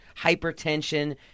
hypertension